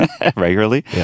regularly